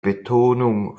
betonung